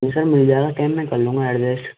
वैसे मिल जाऐगा टाइम मैं कर लूँगा एडजेस्ट